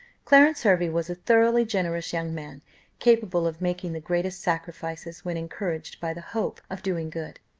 clarence hervey was a thoroughly generous young man capable of making the greatest sacrifices, when encouraged by the hope of doing good,